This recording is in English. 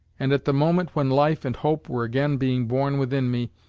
and at the moment when life and hope were again being born within me,